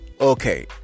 Okay